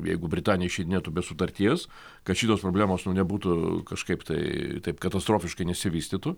jeigu britanija išeidinėtų be sutarties kad šitos problemos nu nebūtų kažkaip tai taip katastrofiškai nesivystytų